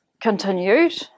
continued